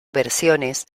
versiones